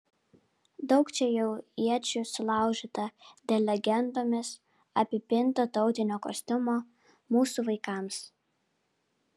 daug čia jau iečių sulaužyta dėl legendomis apipinto tautinio kostiumo mūsų vaikams